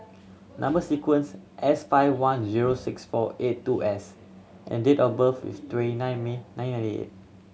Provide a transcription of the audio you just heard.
number sequence S five one zero six four eight two S and date of birth is twenty nine May